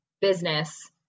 business